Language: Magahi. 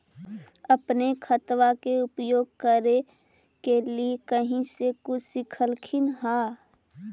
अपने खादबा के उपयोग के लीये कही से कुछ सिखलखिन हाँ?